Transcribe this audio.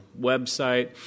website